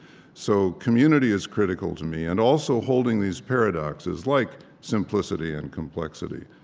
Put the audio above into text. so community is critical to me, and also, holding these paradoxes, like simplicity and complexity,